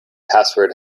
password